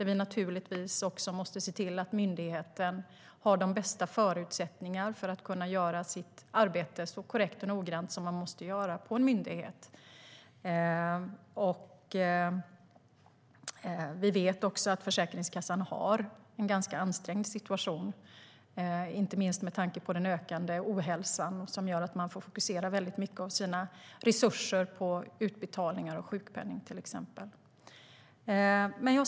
Vi måste givetvis se till att myndigheten har de bästa förutsättningarna att kunna göra sitt arbete så korrekt och noggrant som en myndighet måste göra. Vi vet att Försäkringskassan har en ganska ansträngd situation, inte minst med tanke på den ökade ohälsan. Det gör att de fokuserar mycket av sina resurser på till exempel utbetalningar av sjukpenning.